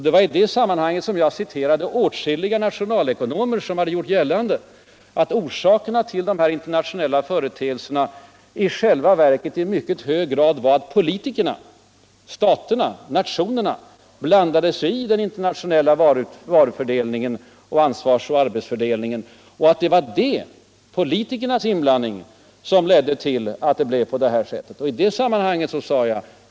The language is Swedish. Det var i det sammanhanget som jag citerade olika nationalckonomer som hade gjort gällande en motsatt mening, nämligen att orsakerna till dessa internationella företeelser i själva verket var att politikerna blandat sig i den internationella arbetsfördelningen, och att det var politikernas inblandning som lett till au olika nationer drabbats av ekonomiska problem.